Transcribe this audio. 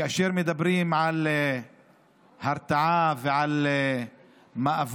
כאשר מדברים על הרתעה ועל מאבק